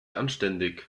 anständig